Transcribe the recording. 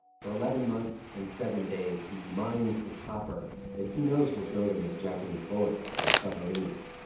for eleven months and seven days, he mines the copper that he knows will go to make japanese bullets and submarines.